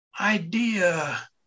idea